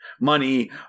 money